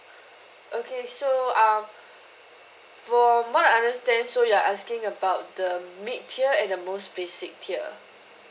okay so um from what I understand so you're asking about the mid tier and the most basic tier